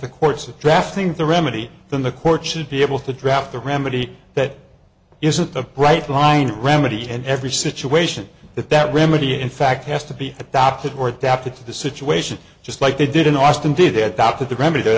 the courts of drafting the remedy then the court should be able to draft a remedy that isn't a bright line remedy and every situation that that remedy in fact has to be adopted word to have to the situation just like they did in austin did they adopted the remedy that